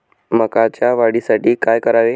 मकाच्या वाढीसाठी काय करावे?